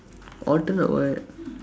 alternate what